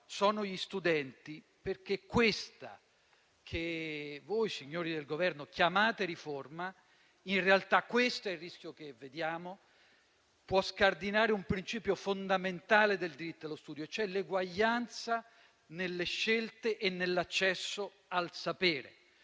sono gli studenti, perché questa che voi, signori del Governo, chiamate riforma in realtà - ecco il rischio che vediamo - può scardinare un principio fondamentale del diritto allo studio, cioè l'eguaglianza nelle scelte e nell'accesso al sapere.